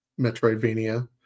Metroidvania